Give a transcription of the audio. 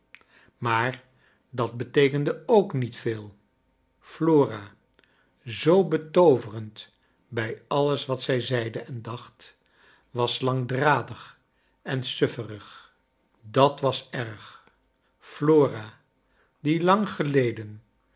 maar dat beteekende ook niet veel flora zoo betooverend bij alles wat zrj zeide en dacht was langdradig en sufferig dat was erg flora die lang geleden